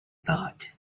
thought